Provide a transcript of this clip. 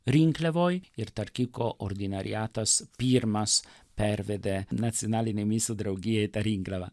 rinkliavoj ir tarp kitko ordinariatas pirmas pervedė nacionalinei misijų draugijai tą rinkliavą